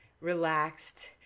relaxed